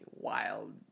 wild